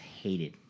hated